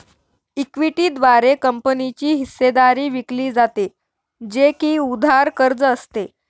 equity द्वारे कंपनीची हिस्सेदारी विकली जाते, जे की उधार कर्ज असते